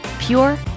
Pure